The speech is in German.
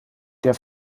der